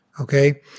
okay